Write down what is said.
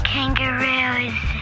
Kangaroos